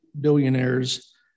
billionaires